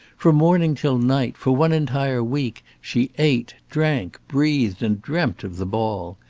from morning till night, for one entire week, she ate, drank, breathed, and dreamt of the ball.